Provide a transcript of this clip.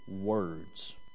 words